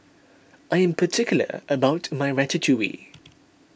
I am particular about my Ratatouille